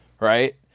right